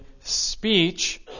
speech